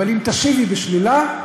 אבל אם תשיבי בשלילה,